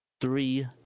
three